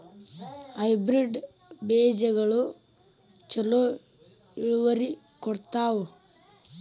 Hybrid ಬೇಜಗೊಳು ಛಲೋ ಇಳುವರಿ ಕೊಡ್ತಾವ?